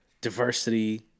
diversity